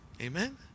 Amen